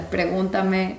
Pregúntame